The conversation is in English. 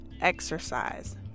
exercise